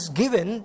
given